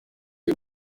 y’u